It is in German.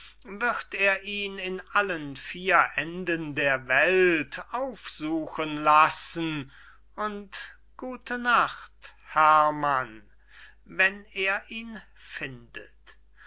wird er ihn in allen vier enden der welt aufsuchen lassen und gute nacht herrmann wenn er ihn findet